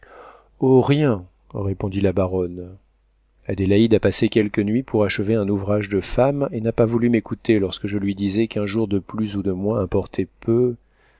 rien répondit la baronne adélaïde a passé quelques nuits pour achever un ouvrage de femme et n'a pas voulu m'écouter lorsque je lui disais qu'un jour de plus ou de moins importait peu